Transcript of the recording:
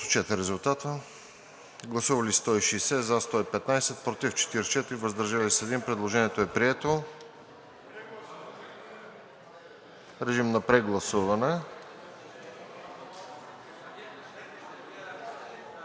Предложението е прието.